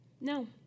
No